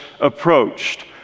approached